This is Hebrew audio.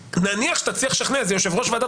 נניח שתצליח לשכנע איזה יושב ראש וועדת